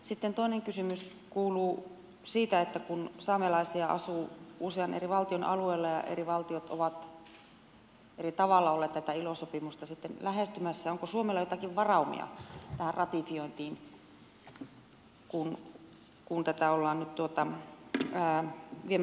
sitten toinen kysymys kuuluu että kun saamelaisia asuu usean eri valtion alueella ja eri valtiot ovat eri tavalla olleet tätä ilo sopimusta sitten lähestymässä onko suomella joitakin varaumia tähän ratifiointiin kun tätä ollaan nyt viemässä eteenpäin